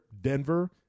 Denver